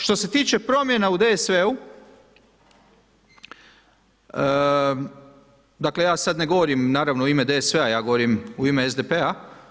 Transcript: Što se tiče promjena u DSV-u, dakle ja sad ne govorim naravno u ime DSV-a, ja govorim u ime SDP-a.